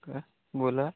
का बोला